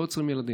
לא עוצרים ילדים.